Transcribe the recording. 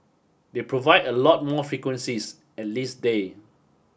they provide a lot more frequencies at least day